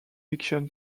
fiction